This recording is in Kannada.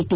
ಟಿ